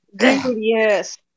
yes